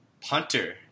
Punter